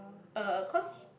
uh cause